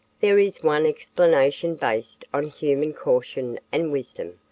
there is one explanation based on human caution and wisdom.